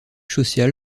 social